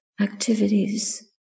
activities